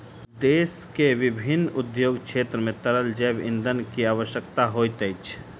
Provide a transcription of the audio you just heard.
देश के विभिन्न उद्योग क्षेत्र मे तरल जैव ईंधन के आवश्यकता होइत अछि